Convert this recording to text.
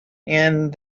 and